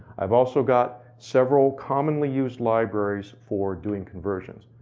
i've also got several commonly used libraries four doing conversions.